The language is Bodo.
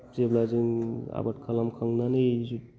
जेब्ला जों आबाद खालामखांनानै